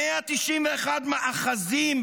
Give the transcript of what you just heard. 191 "מאחזים",